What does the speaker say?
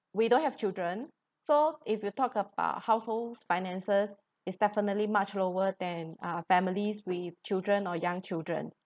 we don't have children so if you talk about household's finances it's definitely much lower than uh families with children or young children